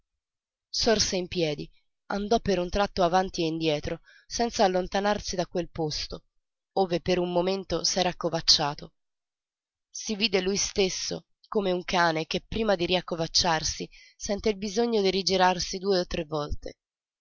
sorse in piedi andò per un tratto avanti e dietro senza allontanarsi da quel posto ove per un momento s'era accovacciato si vide lui stesso come un cane che prima di riaccovacciarsi sente il bisogno di rigirarsi due o tre volte